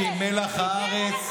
אנשים מלח הארץ.